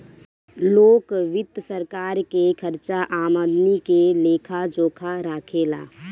लोक वित्त सरकार के खर्चा आमदनी के लेखा जोखा राखे ला